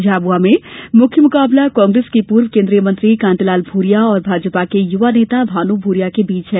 झाबुआ में मुख्य मुकाबला कांग्रेस के पूर्व केंद्रीय मंत्री कांतिलाल भूरिया और भाजपा के युवा नेता भानू भूरिया के मध्य है